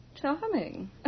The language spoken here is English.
Charming